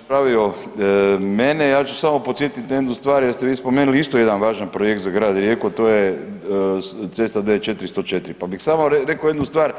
ispravio mene, ja ću samo podsjetiti na jednu stvar, jer ste vi spomenuli isto jedan važan projekt za Grad Rijeku, a to je cesta D404, pa bih samo rekao jednu stvar,